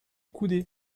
coudées